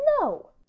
no